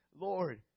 Lord